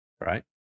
right